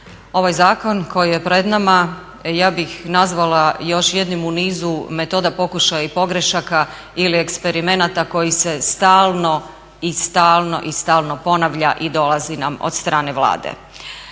ovaj zakon koji je pred nama ja bih nazvala još jednim u nizu metoda pokušaja i pogrešaka ili eksperimenata koji se stalno i stalno ponavlja i dolazi nam od strane Vlade.